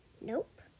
Nope